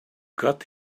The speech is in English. got